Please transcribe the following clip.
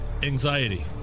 Anxiety